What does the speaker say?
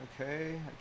okay